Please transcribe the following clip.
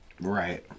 Right